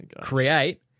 create